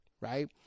right